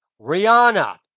Rihanna